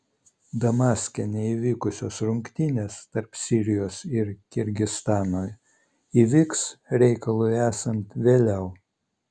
damaske neįvykusios rungtynės tarp sirijos ir kirgizstano įvyks reikalui esant vėliau